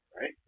Right